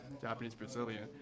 Japanese-Brazilian